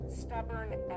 stubborn